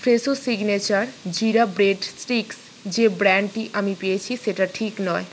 Fresho signature jeera bread sticks যে ব্র্যান্ডটি আমি পেয়েছি সেটা ঠিক নয়